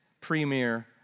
premier